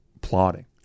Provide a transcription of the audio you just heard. Plotting